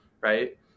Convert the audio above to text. Right